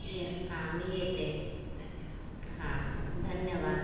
ये हां मी येते हां धन्यवाद